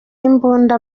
imbunda